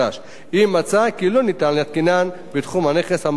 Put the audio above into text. אם מצא כי לא ניתן להתקינן בתחום הנכס המחוזק.